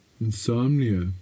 Insomnia